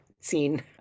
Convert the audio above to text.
scene